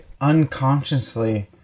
unconsciously